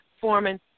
Foreman